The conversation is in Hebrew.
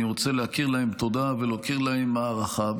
אני רוצה להכיר להם תודה ולהוקיר להם הערכה.